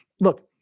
look